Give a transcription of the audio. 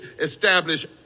establish